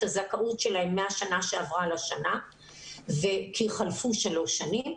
הזכאות שלהם מהשנה שעברה לשנה כי חלפו שלוש שנים,